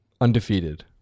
undefeated